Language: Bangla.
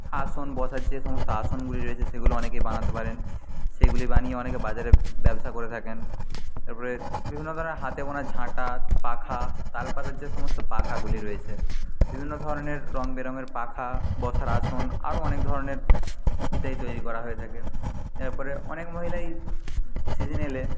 আসন বসার যে সমস্ত আসনগুলি রয়েছে সেগুলো অনেকে বানাতে পারেন সেগুলি বানিয়ে অনেকে বাজারে ব্যবসা করে থাকেন তারপরে বিভিন্ন ধরনের হাতে বোনা ঝাঁটা পাখা তালপাতার যে সমস্ত পাখাগুলি রয়েছে বিভিন্ন ধরনের রংবেরঙের পাখা বসার আসন আরও অনেক ধরনের ইত্যাদি তৈরি করা হয়ে থাকে এরপরে অনেক মহিলাই সিজন এলে